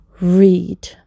read